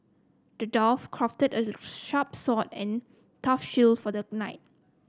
the dwarf crafted a sharp sword and a tough shield for the knight